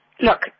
Look